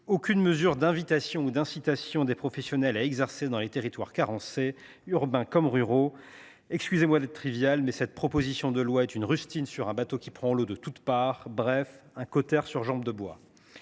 aucune mesure d’invitation ou d’incitation des professionnels à exercer dans les territoires carencés, urbains comme ruraux. Excusez moi d’être trivial, mais cette proposition de loi est une rustine sur un bateau qui prend l’eau de toute part, bref, un cautère sur une jambe de bois.